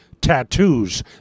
tattoos